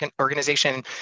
organization